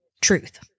truth